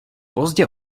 pozdě